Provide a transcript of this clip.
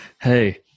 hey